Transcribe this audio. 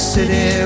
City